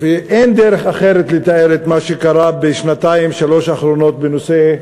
ואין דרך אחרת לתאר את מה שקרה בשנתיים-שלוש אחרונות בנושא,